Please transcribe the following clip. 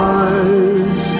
eyes